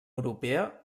europea